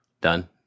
done